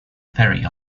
ferry